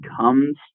comes